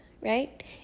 right